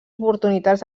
oportunitats